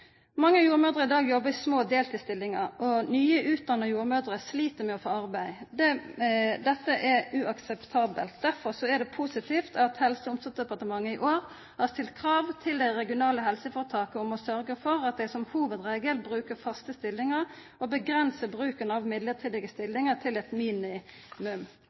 Mange jordmødrer jobbar i dag i små deltidsstillingar, og nyutdanna jordmødrer slit med å få arbeid. Dette er uakseptabelt. Derfor er det positivt at Helse- og omsorgsdepartementet i år har stilt krav til dei regionale helseføretaka om å sørgja for at dei som hovudregel brukar faste stillingar og avgrensar bruken av mellombelse stillingar til eit